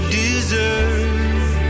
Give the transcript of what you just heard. deserve